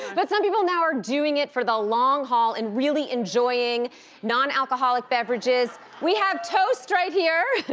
but some people now are doing it for the long haul and really enjoying non-alcoholic beverages. we have toast right here,